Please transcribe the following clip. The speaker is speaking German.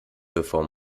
bevor